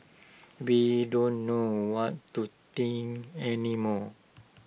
we don't know what to think any more